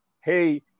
hey